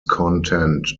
contend